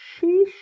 sheesh